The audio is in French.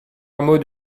hameau